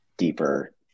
deeper